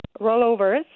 rollovers